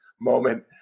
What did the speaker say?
moment